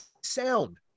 sound